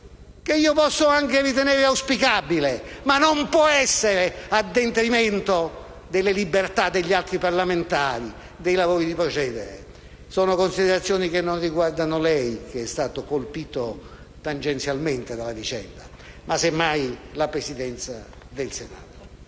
che io posso anche ritenere auspicabile, ma che non può andare a detrimento delle libertà degli altri parlamentari e dei modi di procedere nei lavori. Sono considerazioni che non riguardano lei, Ministro, che è stato colpito tangenzialmente dalla vicenda, ma semmai la Presidenza del Senato.